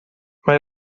mae